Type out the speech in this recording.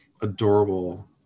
adorable